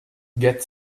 get